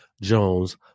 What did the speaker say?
Jones